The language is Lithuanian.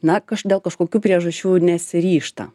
na kaž dėl kažkokių priežasčių nesiryžta